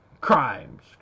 crimes